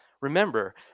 Remember